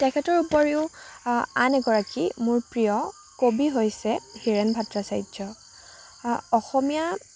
তেখেতৰ উপৰিও আন এগৰাকী মোৰ প্ৰিয় কবি হৈছে হীৰেণ ভট্টাচাৰ্য অসমীয়া